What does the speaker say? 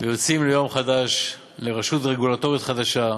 יוצאים ליום חדש, לרשות רגולטורית חדשה.